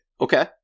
Okay